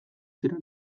ziren